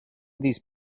these